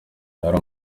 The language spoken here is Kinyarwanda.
hari